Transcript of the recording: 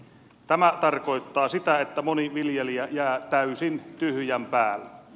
tämä tarkoittaa sitä että moni viljelijä jää täysin tyhjän päälle